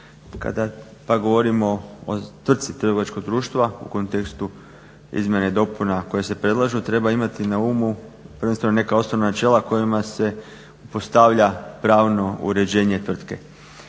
Kada pak govorimo o tvrtci trgovačkog društva u kontekstu izmjena i dopuna koje se predlažu treba imati na umu prvenstveno neka osnovna načela kojima se postavlja pravno uređenje tvrtke.